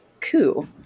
coup